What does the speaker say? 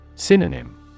Synonym